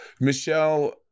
Michelle